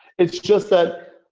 it's just that